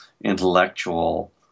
intellectual